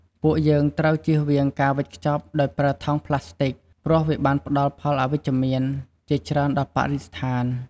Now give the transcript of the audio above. ពួកយើងត្រូវជៀសវាងការវេចខ្ចប់ដោយប្រើថង់ប្លាស្ទិកព្រោះវាបានផ្ដល់ផលអវិជ្ជមានជាច្រើនដល់បរិស្ថាន។